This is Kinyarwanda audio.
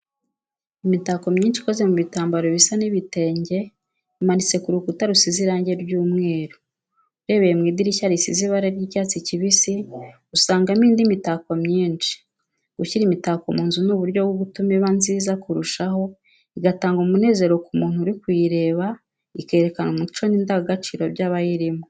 Imitako myinshi ikoze mu bitambaro bisa n'ibitenge, imanitse ku rukuta rusize irangi ry'umweru. Urebeye mu idirishya risize ibara ry'icyatsi kibisi, usangamo indi mitako myinshi. Gushyira imitako mu nzu ni uburyo bwo gutuma iba nziza kurushaho, igatanga umunezero ku muntu uri kuyireba, ikerekana umuco n’indangagaciro by’abayirimo.